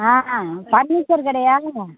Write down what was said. ஆ furniture கடையா